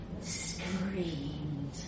screamed